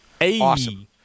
Awesome